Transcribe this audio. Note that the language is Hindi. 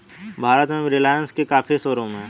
भारत में रिलाइन्स के काफी शोरूम हैं